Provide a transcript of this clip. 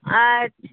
अच्छा